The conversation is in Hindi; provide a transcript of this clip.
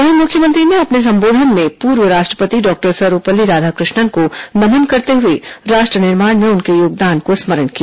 वहीं मुख्यमंत्री ने अपने संबोधन में पूर्व राष्ट्रपति डॉक्टर सर्वपल्ली राधाकृष्णन को नमन करते हुए राष्ट्र निर्माण में उनके योगदान को स्मरण किया